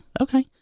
Okay